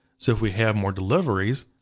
so if we have more deliveries,